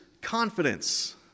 confidence